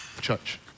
Church